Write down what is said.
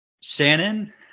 Shannon